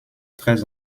très